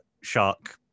shark